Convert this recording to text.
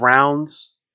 rounds